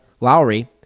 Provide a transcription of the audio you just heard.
Lowry